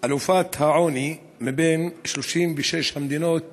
היא אלופת העוני בין 36 המדינות